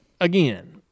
again